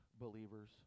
believers